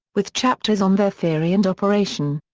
with chapters on their theory and operation.